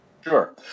Sure